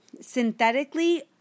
synthetically